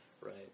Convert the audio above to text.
Right